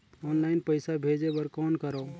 Online पईसा भेजे बर कौन करव?